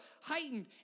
heightened